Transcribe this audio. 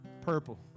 Purple